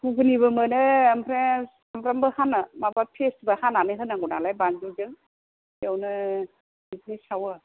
घुगुनिबो मोनो ओमफ्राय सामब्रामबो हानो माबा पियाजबो हानानै होनांगौ नालाय बानलुजों बेयावनो बिदिनो सावो